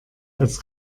als